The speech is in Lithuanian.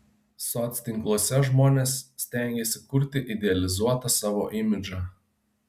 soctinkluose žmonės stengiasi kurti idealizuotą savo imidžą